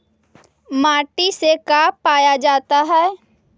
माटी से का पाया जाता है?